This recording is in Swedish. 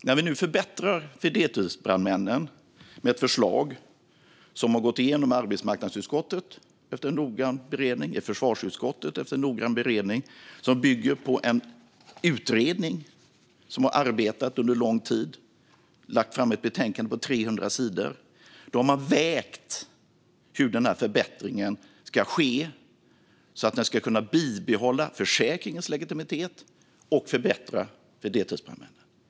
När vi nu förbättrar för deltidsbrandmännen med ett förslag som efter noggrann beredning har gått igenom arbetsmarknadsutskottet och försvarsutskottet och som bygger på arbetet från en utredning som har arbetat under lång tid och lagt fram ett betänkande på 300 sidor har man vägt hur denna förbättring ska ske så att den ska kunna bibehålla försäkringens legitimitet och förbättra för deltidsbrandmännen.